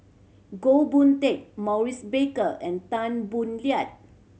Goh Boon Teck Maurice Baker and Tan Boo Liat